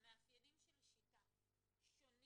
שונים